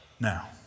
Now